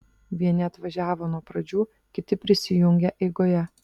vieni atvažiavo nuo pradžių kiti prisijungė eigoje